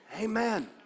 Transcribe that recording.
Amen